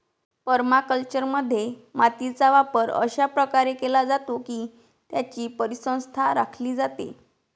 परमाकल्चरमध्ये, मातीचा वापर अशा प्रकारे केला जातो की त्याची परिसंस्था राखली जाते